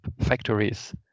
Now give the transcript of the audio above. factories